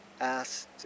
asked